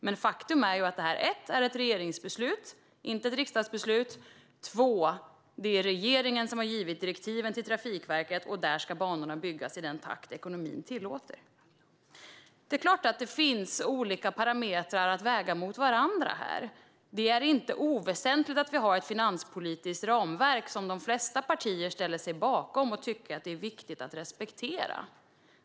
Men faktum är att det här är ett regeringsbeslut, inte ett riksdagsbeslut, och att det är regeringen som har givit direktiven till Trafikverket. Där står det att banorna ska byggas i den takt ekonomin tillåter. Det är klart att det här finns olika parametrar att väga mot varandra. Det är inte oväsentligt att vi har ett finanspolitiskt ramverk som de flesta partier ställer sig bakom och tycker är viktigt att respektera.